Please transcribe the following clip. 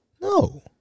no